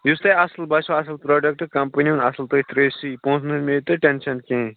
یُس تۄہہِ اَصٕل باسٮ۪و اَصٕل پرٛوڈکٹہٕ کمپٔنی ہُنٛد اَصٕل تُہۍ تھٲوِو سُے پۄنٛسَن ہٕنٛز مہٕ ہیٚیِو تُہۍ ٹٮ۪نشَن کِہیٖنٛۍ